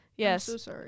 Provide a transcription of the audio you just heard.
yes